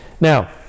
Now